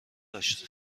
داشت